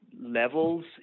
levels